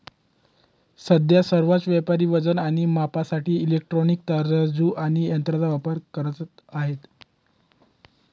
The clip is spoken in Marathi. सध्या सर्वच व्यापारी वजन आणि मापासाठी इलेक्ट्रॉनिक तराजू आणि यंत्रांचा वापर करत आहेत